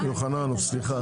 סליחה.